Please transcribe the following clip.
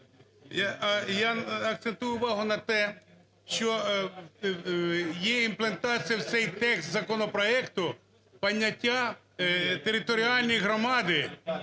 я акцентую увагу на те, що є імплементація в цей текст законопроекту поняття "територіальні громади"